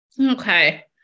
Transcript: Okay